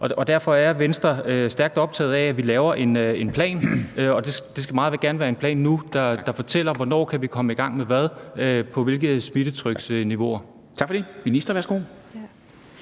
og derfor er Venstre stærkt optaget af, at vi laver en plan, og det skal meget gerne være en plan nu, der fortæller, hvornår vi kan komme i gang med hvad og på hvilke smittetryksniveauer.